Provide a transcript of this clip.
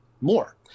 more